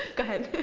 go ahead.